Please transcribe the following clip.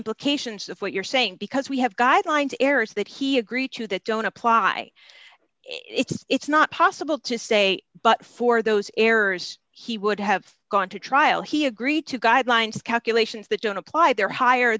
implications of what you're saying because we have guidelines errors that he agree to that don't apply it's not possible to say but for those errors he would have gone to trial he agreed to guidelines calculations that don't apply they're higher